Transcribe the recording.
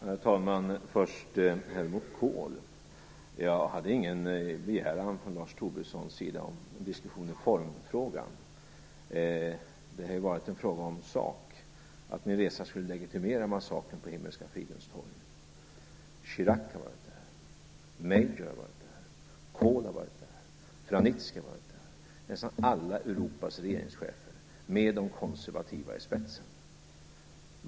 Herr talman! Först om Helmut Kohl. Jag hade ingen begäran från Lars Tobissons sida om en diskussion i formfrågan. Det här var inte fråga om att min resa skulle legitimera massakern på Himmelska fridens torg. Chirac har varit där, Major, Kohl och Vranitzky har varit där - nästan alla Europas regeringschefer med de konservativa i spetsen.